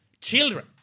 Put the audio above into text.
children